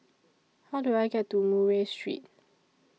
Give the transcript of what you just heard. How Do I get to Murray Street